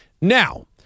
Now